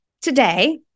today